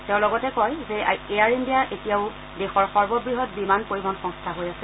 তেওঁ লগতে কয় যে এয়াৰ ইণ্ডিয়া এতিয়াও দেশৰ সৰ্ববৃহৎ বিমান পৰিবহন সংস্থা হৈ আছে